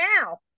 now